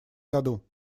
году